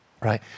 Right